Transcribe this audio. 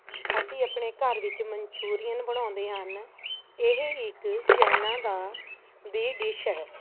ਅਸੀਂ ਆਪਣੇ ਘਰ ਵਿੱਚ ਮਨਚੂਰੀਅਨ ਬਣਾਉਂਦੇ ਹਨ ਇਹ ਇੱਕ ਚਾਈਨਾ ਦਾ ਦੀ ਡਿਸ਼ ਹੈ